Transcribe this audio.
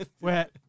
wet